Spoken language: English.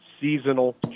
seasonal